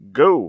go